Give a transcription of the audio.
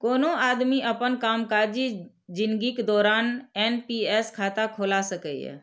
कोनो आदमी अपन कामकाजी जिनगीक दौरान एन.पी.एस खाता खोला सकैए